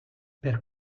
per